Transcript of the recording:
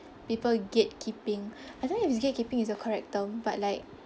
people gatekeeping I don't know if gatekeeping is a correct term but like